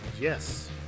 Yes